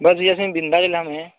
बस भैया जी बिंदा ज़िले में है